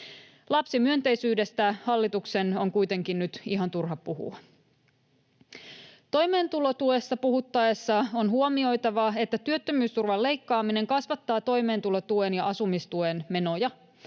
Lapsimyönteisyydestä hallituksen on kuitenkin nyt ihan turha puhua. Toimeentulotuesta puhuttaessa on huomioitava, että työttömyysturvan leikkaaminen kasvattaa toimeentulotuen ja asumistuen menoja.